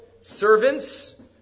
servants